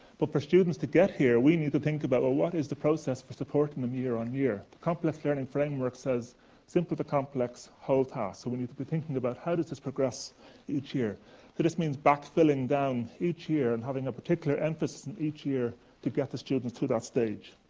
but for students to get here, we need to think about, well what is the process for supporting them year on year? the complex learning framework says simple to complex, whole tasks, so we need to be thinking about how does this progress each year? so this means backfilling down each year, and having a particular emphasis in each year to get the students to that stage.